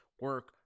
Work